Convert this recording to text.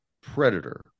predator